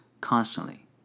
Constantly